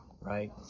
right